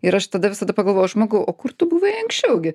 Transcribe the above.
ir aš tada visada pagalvoju žmogau o kur tu buvai anksčiau gi